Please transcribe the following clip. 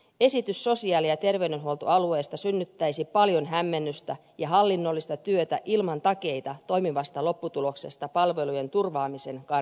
esitys sosiaali ja terveydenhuoltoalueista synnyttäisi paljon hämmennystä ja hallinnollista työtä ilman takeita toimivasta lopputuloksesta palvelujen turvaamisen kannalta